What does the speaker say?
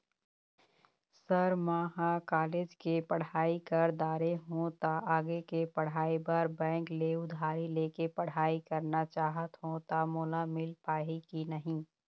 Sir म ह college के पढ़ाई कर दारें हों ता आगे के पढ़ाई बर बैंक ले उधारी ले के पढ़ाई करना चाहत हों ता मोला मील पाही की नहीं?